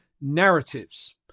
narratives